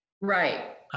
Right